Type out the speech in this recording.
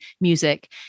music